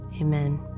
Amen